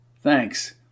Thanks